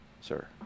sir